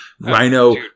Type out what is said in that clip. Rhino